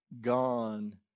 gone